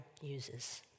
uses